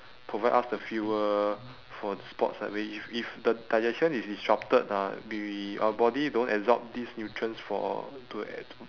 provide us the fuel for the sports like very if if the digestion is disrupted ah we our body don't absorb these nutrients for to add to